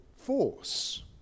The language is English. force